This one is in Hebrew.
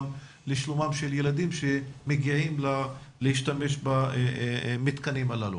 לשלומם של ילדים שמגיעים להשתמש במתקנים הללו.